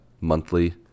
monthly